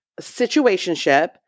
situationship